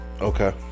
Okay